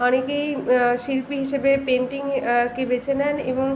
অনেকেই শিল্পী হিসেবে পেন্টিংকে বেছে নেন এবং